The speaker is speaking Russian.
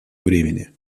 времени